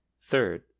third